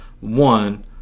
one